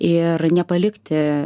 ir nepalikti